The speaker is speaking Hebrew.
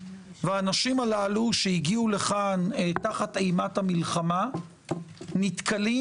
והאנשים הללו שהגיעו הנה תחת אימת המלחמה נתקלים